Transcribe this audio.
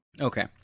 Okay